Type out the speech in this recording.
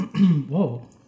whoa